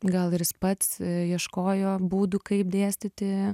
gal ir jis pats ieškojo būdų kaip dėstyti